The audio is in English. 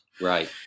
Right